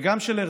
וגם של הרצל: